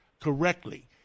correctly